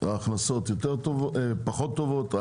ההכנסות יותר טובות,